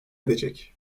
edecek